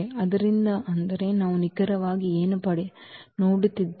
ಆದ್ದರಿಂದ ಅಂದರೆ ನಾವು ನಿಖರವಾಗಿ ಏನು ನೋಡುತ್ತಿದ್ದೇವೆ